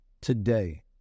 today